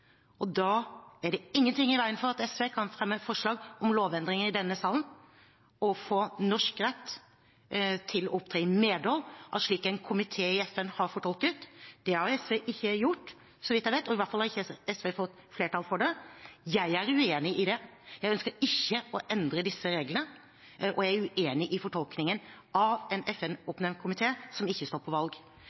og da er det ingen ting i veien for at SV kan fremme forslag om lovendringer i denne salen og få norsk rett til å opptre i medhold av det en komité i FN har fortolket. Det har SV ikke gjort, så vidt jeg vet, i hvert fall har ikke SV fått flertall for det. Jeg er uenig i det. Jeg ønsker ikke å endre disse reglene, og jeg er uenig i fortolkningen som er gjort av en FN-oppnevnt komité som ikke står på valg.